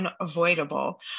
unavoidable